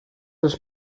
els